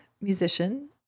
musician